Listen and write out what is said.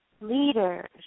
leaders